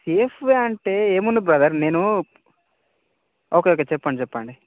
సేఫ్గా అంటే ఏముంది బ్రదర్ నేను ఓకే ఓకే చెప్పండి చెప్పండి